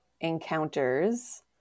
encounters